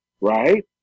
right